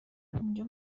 اینجا